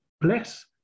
bless